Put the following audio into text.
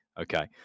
okay